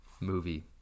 movie